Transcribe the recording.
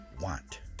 want